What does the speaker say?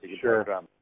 Sure